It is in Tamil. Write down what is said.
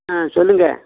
ஆ சொல்லுங்கள்